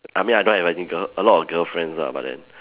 I mean I don't have any girl a lot of girlfriends lah but then